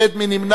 מי נמנע?